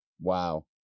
Wow